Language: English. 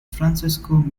francisco